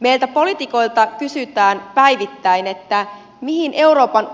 meiltä poliitikoilta kysytään päivittäin mihin euroopan